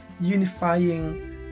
unifying